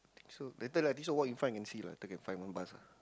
so later lah I think so walk in front can see lah take and find one bus lah